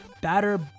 Batter